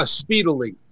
speedily